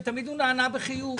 ותמיד הוא נענה בחיוב.